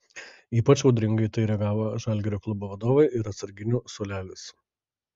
ypač audringai į tai reagavo žalgirio klubo vadovai ir atsarginių suolelis